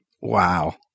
Wow